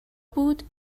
بود